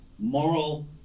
moral